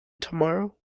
tomorrow